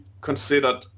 considered